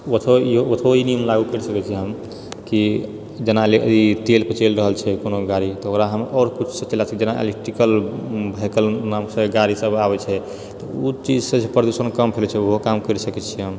ओतहुँ ओतहुँ ई नियम लागु करि सकैत छियै हम कि जेना ई तेल पऽ चलि रहल छै कोनो गाड़ी तऽ ओकरा हम आओर किछुसँ चलाए सकै छियै इलेक्ट्रिकल भेकल नाम से गाड़ी सब आबै छै तऽ ओ चीजसँ जे प्रदुषण कम फैलै छै ओहो काम करि सकैत छियै हम